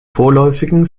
vorläufigen